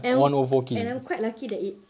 and and I'm quite lucky that it